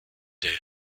der